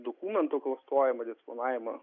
dokumentų klastojimą disponavimą